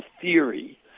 theory